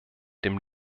dem